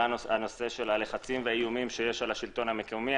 עלה הנושא של הלחצים והאיומים שיש על השלטון המקומי.